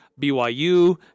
BYU